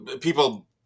People